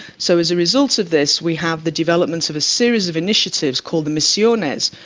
so as a result of this we have the development of a series of initiatives called the misiones,